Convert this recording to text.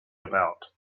about